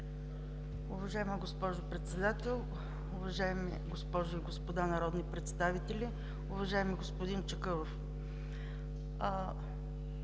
Уважаема госпожо Председател, уважаеми госпожи и господа народни представители! Уважаеми д-р Чакъров,